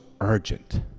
urgent